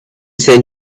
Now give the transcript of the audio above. send